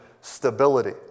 stability